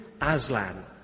Aslan